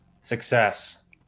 success